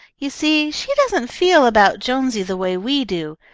you see she doesn't feel about jonesy the way we do.